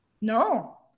No